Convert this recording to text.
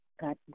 God